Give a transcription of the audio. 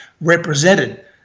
represented